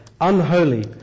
unholy